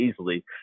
easily